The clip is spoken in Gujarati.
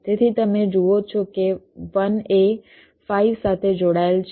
તેથી તમે જુઓ છો કે 1 એ 5 સાથે જોડાયેલ છે